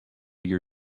your